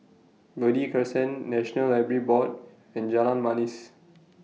Verde Crescent National Library Board and Jalan Manis